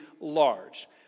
large